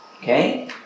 okay